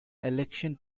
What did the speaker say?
election